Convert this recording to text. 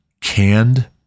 canned